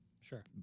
Sure